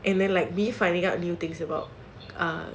and then like me finding out new things about